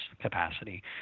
capacity